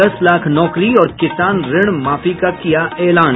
दस लाख नौकरी और किसान ऋण माफी का किया ऐलान